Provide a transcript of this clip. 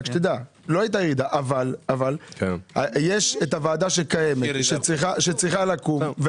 אבל יש הוועדה שצריכה לקום.